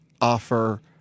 offer